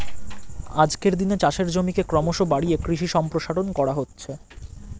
আজকের দিনে চাষের জমিকে ক্রমশ বাড়িয়ে কৃষি সম্প্রসারণ করা হচ্ছে